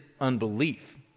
unbelief